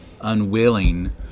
unwilling